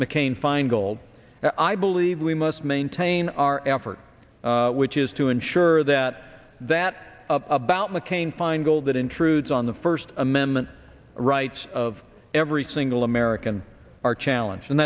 mccain feingold i believe we must maintain our effort which is to ensure that that about mccain feingold that intrudes on the first amendment rights of every single american our challenge and